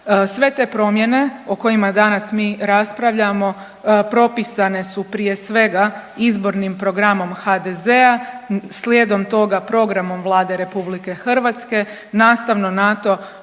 Sve te promjene o kojima danas mi raspravljamo propisane su prije svega izbornim programom HDZ-a, slijedom toga programom Vlade Republike Hrvatske, nastavno na